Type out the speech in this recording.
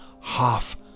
half